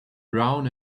brown